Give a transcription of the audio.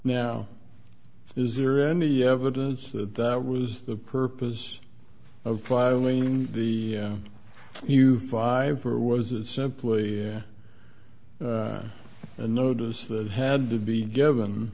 now is there any evidence that that was the purpose of filing the you five or was it simply a notice that had to be given